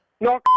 No